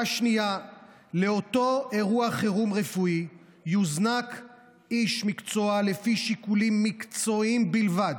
2. לאותו אירוע חירום רפואי יוזנק איש מקצוע לפי שיקולים מקצועיים בלבד,